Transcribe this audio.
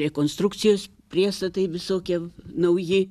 rekonstrukcijos priestatai visokie nauji